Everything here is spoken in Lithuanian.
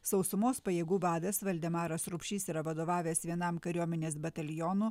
sausumos pajėgų vadas valdemaras rupšys yra vadovavęs vienam kariuomenės batalionų